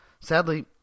sadly